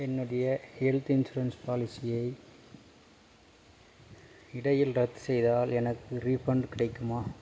என்னுடைய health insurance பாலிசியை இடையில் ரத்து செய்தால் எனக்கு ரீஃபன்ட் கிடைக்குமா